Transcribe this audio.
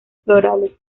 florales